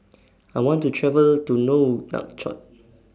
I want to travel to Nouakchott